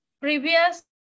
Previous